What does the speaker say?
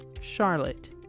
Charlotte